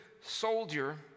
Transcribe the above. soldier